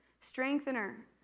strengthener